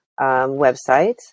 website